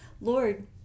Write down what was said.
Lord